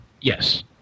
Yes